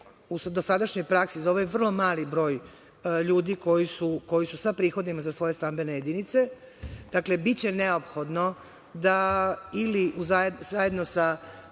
u dosadašnjoj praksi, za ovaj vrlo mali broj ljudi koji su sa prihodima za svoje stambene jedinice, dakle biće neophodno da, ili zajedno sa